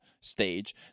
stage